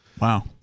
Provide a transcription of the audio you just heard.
Wow